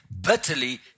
bitterly